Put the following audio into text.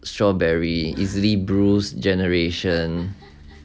strawberry easily bruised generation